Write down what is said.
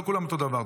לא כולם אותו הדבר.